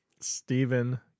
Stephen